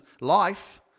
life